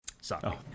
Sorry